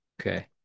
Okay